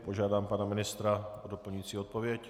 Požádám pana ministra o doplňující odpověď.